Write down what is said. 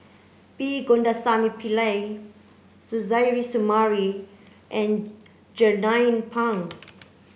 P Govindasamy Pillai Suzairhe Sumari and Jernnine Pang